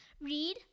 Read